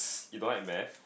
you don't like maths